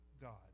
God